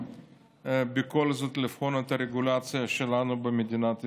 בכל זאת לבחון את הרגולציה שלנו במדינת ישראל,